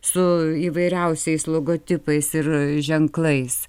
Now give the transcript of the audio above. su įvairiausiais logotipais ir ženklais